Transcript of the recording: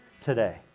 today